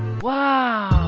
wow!